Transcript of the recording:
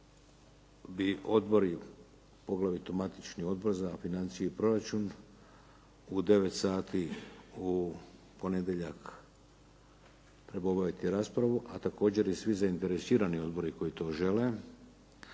bi odbori poglavito matični Odbor za financije i proračun u 9 sati u ponedjeljak trebao obaviti raspravu a također i svi zainteresirani odbori koji to žele,